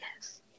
yes